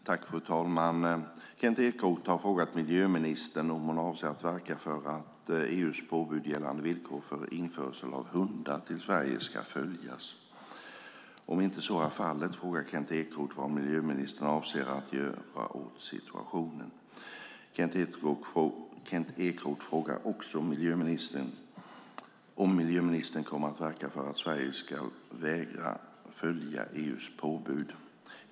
Fru talman! Kent Ekeroth har frågat miljöministern om hon avser att verka för att EU:s påbud gällande villkor för införsel av hundar till Sverige ska följas. Om så inte är fallet frågar Kent Ekeroth vad miljöministern avser att göra åt situationen. Kent Ekeroth frågar också om miljöministern kommer att verka för att Sverige ska vägra följa EU:s påbud.